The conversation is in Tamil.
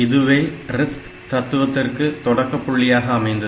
இதுவே RISC தத்துவத்திற்கு தொடக்கப்புள்ளியாக அமைந்தது